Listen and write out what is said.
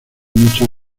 muchas